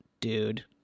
dude